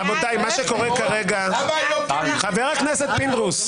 לא, למה --- חבר הכנסת פינדרוס.